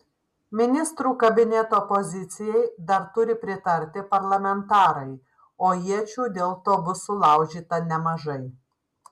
ministrų kabineto pozicijai dar turi pritarti parlamentarai o iečių dėl to bus sulaužyta nemažai